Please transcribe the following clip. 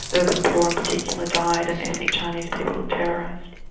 urban poor in particular, died, and i think chinese people were terrorised.